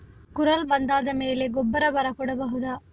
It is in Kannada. ಕುರಲ್ ಬಂದಾದ ಮೇಲೆ ಗೊಬ್ಬರ ಬರ ಕೊಡಬಹುದ?